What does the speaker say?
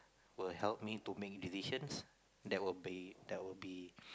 will help me to make decisions that will be that will be